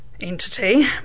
entity